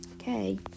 Okay